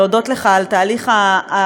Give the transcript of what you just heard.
להודות לך על תהליך הלימוד,